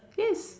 yes